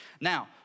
Now